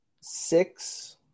Six